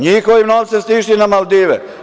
NJihovim novcem ste išli na Maldive.